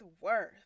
worth